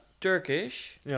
Turkish